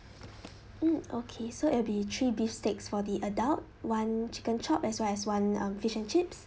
mm okay so it'll be three beef steaks for the adult one chicken chop as well as one um fish and chips